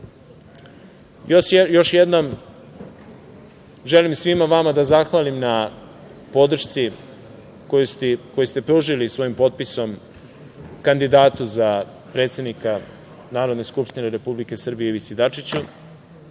tu. Još jednom, želim svima vama da zahvalim na podršci koju ste pružili svojim potpisom kandidatu za predsednika Narodne skupštine Republike Srbije Ivici Dačiću.